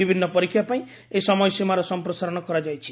ବିଭିନ୍ନ ପରୀକ୍ଷା ପାଇଁ ଏହି ସମୟସୀମାର ସମ୍ପ୍ରସାରଣ କରାଯାଇଛି